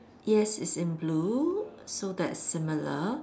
yes it's in blue so that's similar